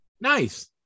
Nice